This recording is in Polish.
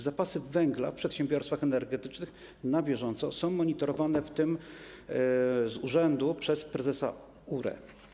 Zapasy węgla w przedsiębiorstwach energetycznych są na bieżąco monitorowane, w tym z urzędu przez prezesa URE.